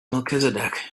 melchizedek